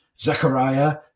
Zechariah